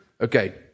Okay